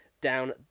down